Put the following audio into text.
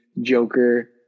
joker